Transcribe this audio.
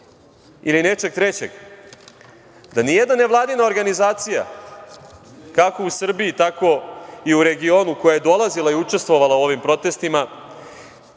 ili nečeg trećeg, da nijedna nevladina organizacija, kako u Srbiji, tako i u regionu, koja je dolazila i učestvovala u ovim protestima,